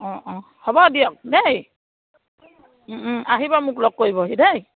অঁ অঁ হ'ব দিয়ক দেই আহিব মোক লগ কৰিবহি দেই